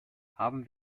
haben